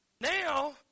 Now